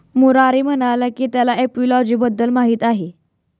मुरारी म्हणाला की त्याला एपिओलॉजी बद्दल माहीत आहे